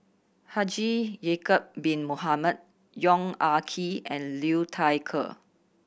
Haji Ya'acob Bin Mohamed Yong Ah Kee and Liu Thai Ker